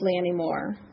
anymore